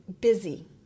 busy